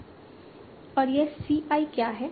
और यह C i क्या है